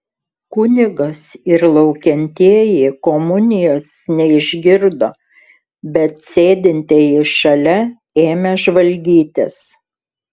kunigas ir laukiantieji komunijos neišgirdo bet sėdintieji šalia ėmė žvalgytis